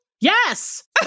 Yes